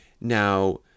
Now